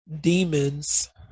demons